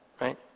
Right